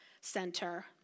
center